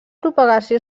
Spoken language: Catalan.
propagació